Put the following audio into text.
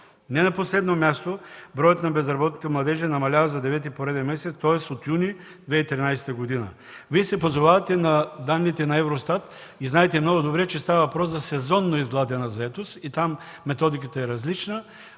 Не на последно място броят на безработните младежи намалява за девети пореден месец, тоест от юни 2013 г. Вие се позовавате на данните на Евростат и знаете много добре, че става дума за сезонно изгладена заетост и там методиката е различна.